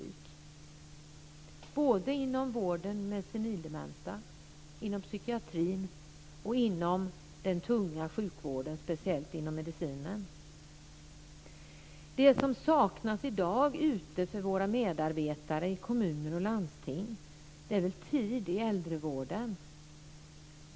Det gäller inom vården av senildementa, inom psykiatrin och inom den tunga sjukvården, speciellt inom medicinen. Det som saknas för våra medarbetare i kommuner och landsting i dag är tid i äldrevården.